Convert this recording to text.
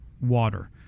water